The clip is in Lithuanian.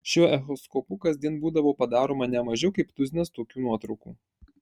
šiuo echoskopu kasdien būdavo padaroma ne mažiau kaip tuzinas tokių nuotraukų